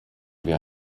wir